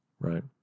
Right